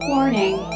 Warning